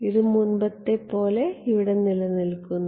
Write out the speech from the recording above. ഇത് മുമ്പത്തെപ്പോലെ ഇവിടെ നിലനിൽക്കുന്നു